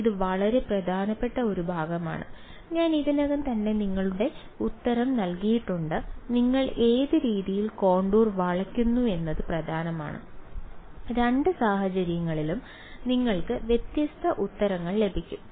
ഇത് വളരെ പ്രധാനപ്പെട്ട ഒരു ഭാഗമാണ് ഞാൻ ഇതിനകം തന്നെ നിങ്ങളുടെ ഉത്തരം നൽകിയിട്ടുണ്ട് നിങ്ങൾ ഏത് രീതിയിൽ കോണ്ടൂർ വളയ്ക്കുന്നു എന്നത് പ്രധാനമാണ് രണ്ട് സാഹചര്യങ്ങളിലും നിങ്ങൾക്ക് വ്യത്യസ്ത ഉത്തരങ്ങൾ ലഭിക്കും